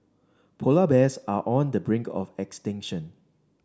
polar bears are on the brink of extinction